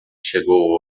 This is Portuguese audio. chegou